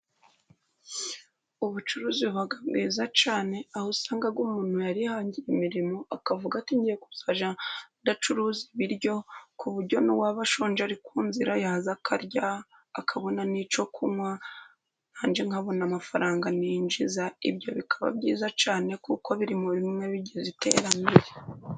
Ubucuruzi buba bwiza cyane, aho usanga umuntu yarihangiye imirimo, akavuga ati ngiye kujya ndacuruza ibiryo, ku buryo n'uwaba ashonje ari ku nzira yaza akarya, akabona n'icyo kunywa, nanjye nkabona amafaranga ninjiza, ibyo bikaba byiza cyane, kuko biri muri bimwe bigize iterambere.